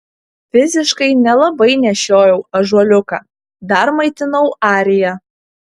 fiziškai nelabai nešiojau ąžuoliuką dar maitinau ariją